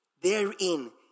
therein